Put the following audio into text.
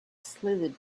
slithered